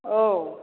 औ